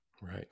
Right